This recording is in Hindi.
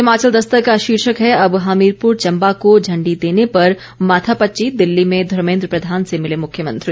हिमाचल दस्तक का शीर्षक है अब हमीरपुर चंबा को झंडी देने पर माथा पच्ची दिल्ली में धर्मेंद्र प्रधान से मिले मुख्यमंत्री